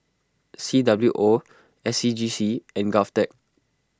C W O S C G C and Govtech